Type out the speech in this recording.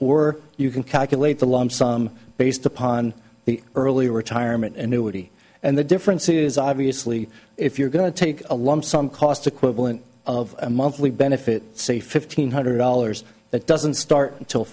or you can calculate the lump sum based upon the early retirement and new woody and the difference is obviously if you're going to take a lump sum cost equivalent of a monthly benefit say fifteen hundred dollars that doesn't start until